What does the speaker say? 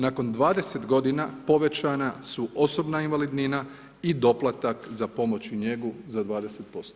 Nakon 20 godina povećana su osobna invalidnina i doplatak za pomoć i njegu za 20%